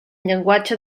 llenguatge